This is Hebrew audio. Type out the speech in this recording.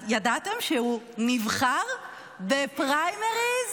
ידעתם שהוא נבחר בפריימריז